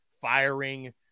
firing